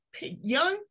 Young